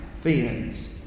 fins